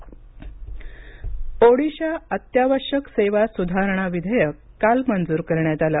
ओडिशा विधेयक ओडिशा अत्यावश्यक सेवा सुधारणा विधेयक काल मंजूर करण्यात आलं